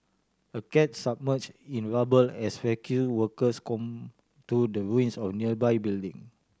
a car submerge in rubble as rescue workers comb through the ruins of nearby building